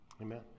Amen